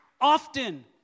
often